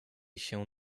się